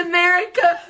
America